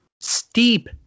steep